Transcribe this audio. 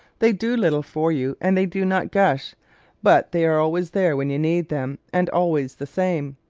they do little for you and they do not gush but they are always there when you need them and always the same.